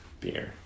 Beer